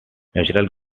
natural